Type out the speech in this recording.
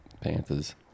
Panthers